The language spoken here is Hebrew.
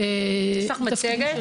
יש לך מצגת?